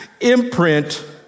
imprint